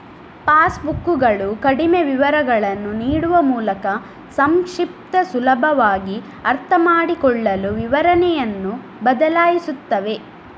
pass ಬುಕ್ಕುಗಳು ಕಡಿಮೆ ವಿವರಗಳನ್ನು ನೀಡುವ ಮೂಲಕ ಸಂಕ್ಷಿಪ್ತ, ಸುಲಭವಾಗಿ ಅರ್ಥಮಾಡಿಕೊಳ್ಳಲು ವಿವರಣೆಯನ್ನು ಬದಲಾಯಿಸುತ್ತವೆ